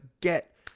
get